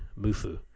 Mufu